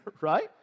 Right